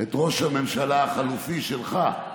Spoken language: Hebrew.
את ראש הממשלה החליפי שלך,